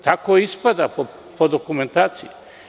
Tako ispada po dokumentaciji.